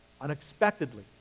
unexpectedly